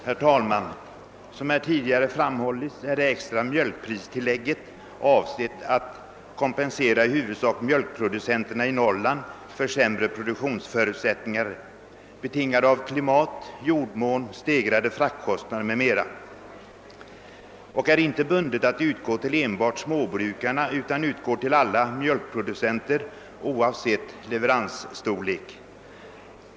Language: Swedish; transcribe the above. Herr talman! Som här framhållits i reservationen är det extra mjölkpristillägget avsett att kompensera i huvudsak mjölkproducenterna i Norrland för sämre produktionsförutsättningar, betingade av klimat, jordmån, stegrade fraktkostnader m.m. Det är inte bundet till enbart småbrukarna utan utgår till alla mjölkproducenter oavsett leveransstorlek.